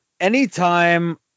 anytime